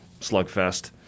slugfest